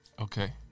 Okay